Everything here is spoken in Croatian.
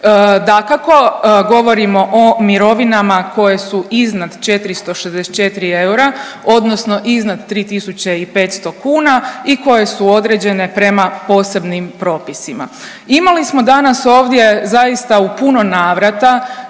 Dakako govorimo o mirovinama koje su iznad 464 eura odnosno iznad 3.500 kuna i koje su određene prema posebnim propisima. Imali smo danas ovdje zaista u puno navrata